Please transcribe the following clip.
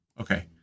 Okay